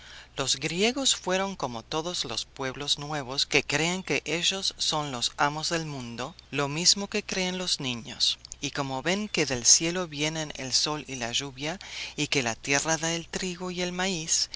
los griegos fueron como todos los pueblos nuevos que creen que ellos son los amos del mundo lo mismo que creen los niños y como ven que del cielo vienen el sol y la lluvia y que la tierra da el trigo y el maíz